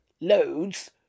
loads